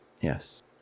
Yes